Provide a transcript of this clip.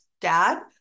Dad